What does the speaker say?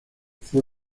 fue